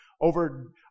over